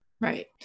Right